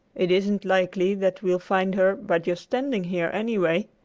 it isn't likely that we'll find her by just standing here, anyway,